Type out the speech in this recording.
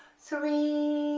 three,